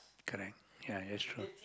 correct ya that's true